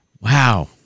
Wow